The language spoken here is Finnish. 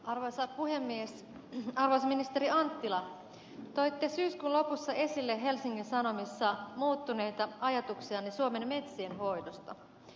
arvoisa ministeri anttila toitte syyskuun lopussa esille helsingin sanomissa muuttuneita ajatuksianne suomen metsien hoidosta